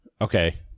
Okay